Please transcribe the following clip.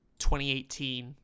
2018